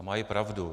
A mají pravdu.